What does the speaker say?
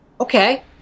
okay